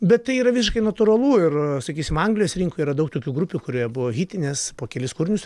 bet tai yra visiškai natūralu ir sakysim anglijos rinkoj yra daug tokių grupių kurie buvo hitinės po kelis kūrinius